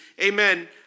amen